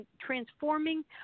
transforming